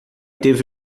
teve